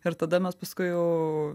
ir tada mes paskui jau